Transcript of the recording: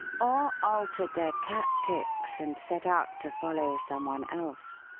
or altered their tactics and set out to follow some one else.